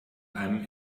einem